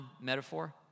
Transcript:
metaphor